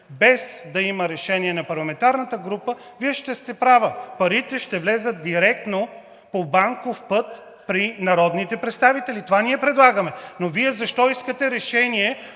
без да има решение на парламентарната група, Вие ще сте права – парите ще влязат директно по банков път при народните представители и това ние предлагаме. Защо искате решение,